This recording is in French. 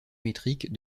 métrique